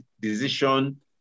decision